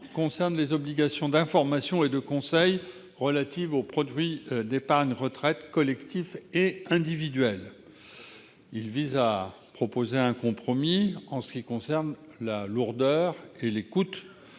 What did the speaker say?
concerne les obligations d'information et de conseil relatives aux produits d'épargne retraite collectifs et individuels. Il vise à proposer un compromis. La rédaction actuelle, issue des